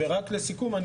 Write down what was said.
לסיכום,